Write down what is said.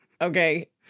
Okay